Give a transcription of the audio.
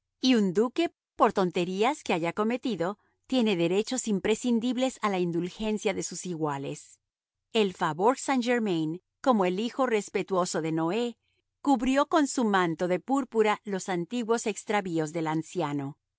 y un duque por tonterías que haya cometido tiene derechos imprescindibles a la indulgencia de sus iguales el faubourg saint-germain como el hijo respetuoso de noé cubrió con su manto de púrpura los antiguos extravíos del anciano